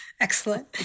Excellent